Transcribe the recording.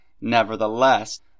Nevertheless